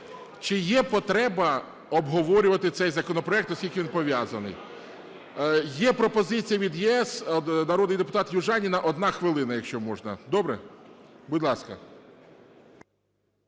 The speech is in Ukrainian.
чи є потреба обговорювати цей законопроект, оскільки він пов'язаний? Є пропозиція від "ЄС", народний депутат Южаніна, одна хвилина, якщо можна. Добре? Будь ласка.